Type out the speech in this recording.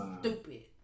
stupid